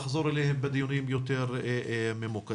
נצטרך לחזור אליהם בדיונים יותר ממוקדים.